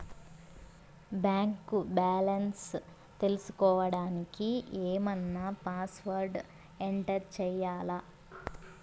Bank balance తెలుసుకోవడానికి ఏమన్నా password enter చేయాలా?